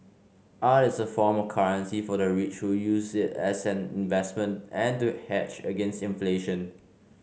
art is a form of currency for the rich who use it as an investment and to hedge against inflation